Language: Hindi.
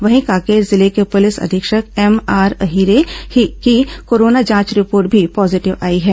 वहीं कांकेर जिले के पुलिस अधीक्षक एमआर अहिरे की कोरोना जांच रिपोर्ट भी पॉजीटिव आई है